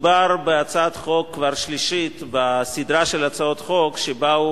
מדובר כבר בהצעת חוק שלישית בסדרה של הצעות חוק שבאו